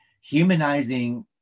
humanizing